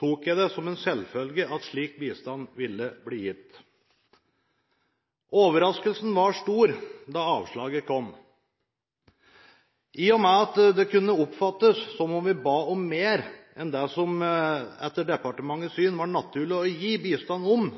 tok jeg det som en selvfølge at slik bistand ville bli gitt. Overraskelsen var stor da avslaget kom. I og med at det kunne oppfattes som om vi ba om mer enn det som etter departementets syn var naturlig å gi bistand til,